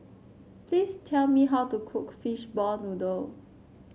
please tell me how to cook Fishball Noodle